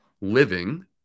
living